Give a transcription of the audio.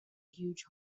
huge